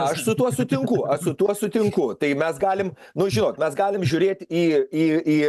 aš su tuo sutinku aš su tuo sutinku tai mes galim nu žinot mes galim žiūrėt į į į